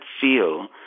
feel